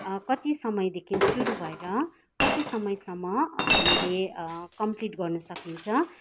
कति समयदेखि सुरु भएर कति समयसम्म हामीले कम्प्लिट गर्नु सकिन्छ